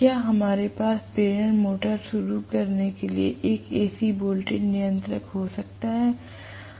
क्या हमारे पास प्रेरण मोटर शुरू करने के लिए एक AC वोल्टेज नियंत्रक हो सकता है